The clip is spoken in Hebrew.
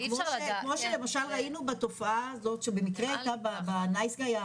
כמו שלמשל ראינו בתופעה הזאת שבמקרה הייתה בנייס גאי,